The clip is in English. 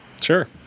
Sure